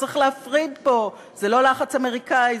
צריך להפריד פה: זה לא לחץ אמריקני,